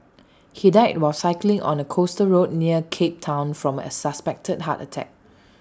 he died while cycling on A coastal road near cape Town from A suspected heart attack